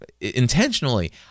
intentionally